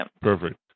perfect